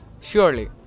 Surely